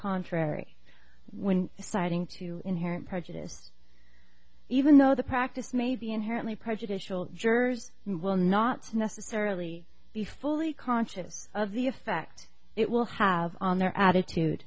contrary when deciding to inherent prejudice even though the practice may be inherently prejudicial jurors and will not necessarily be fully conscious of the effect it will have on their attitude